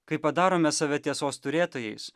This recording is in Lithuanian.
kai padarome save tiesos turėtojais